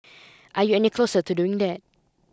are you any closer to doing that